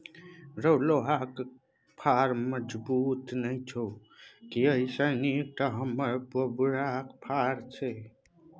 रौ लोहाक फार मजगुत नै छौ की एइसे नीक तँ हमर बबुरक फार छै